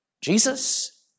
Jesus